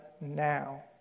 now